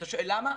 אתה שואל למה?